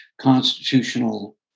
constitutional